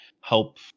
help